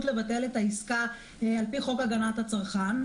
לבטל את העסקה על-פי חוק הגנת הצרכן,